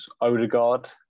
Odegaard